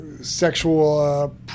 sexual